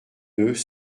deux